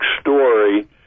story